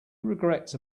regrets